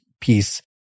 piece